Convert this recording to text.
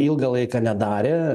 ilgą laiką nedarė